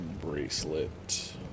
bracelet